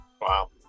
Wow